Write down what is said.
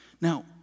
Now